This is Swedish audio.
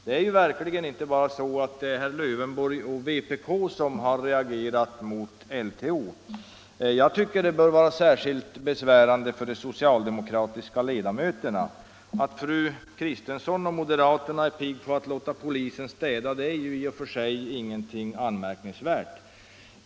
Det är verkligen inte så att det bara är ”herr Lövenborg och vpk” som har reagerat mot lagen om tillfälligt omhändertagande! Jag tycker detta bör vara särskilt besvärande för de socialdemokratiska ledamöterna — att fru Kristensson och andra moderater är pigga på att låta polisen ”städa” är däremot i och för sig ingenting särskilt anmärkningsvärt.